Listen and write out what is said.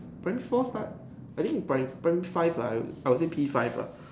primary four start I think pri~ primary five lah I would say P five lah